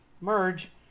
merge